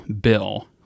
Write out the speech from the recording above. bill